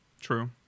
true